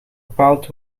bepaald